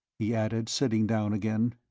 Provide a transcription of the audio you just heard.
he added, sitting down again.